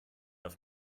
auf